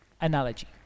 analogy